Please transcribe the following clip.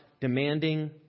demanding